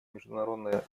международная